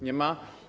Nie ma?